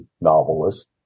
novelist